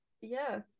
yes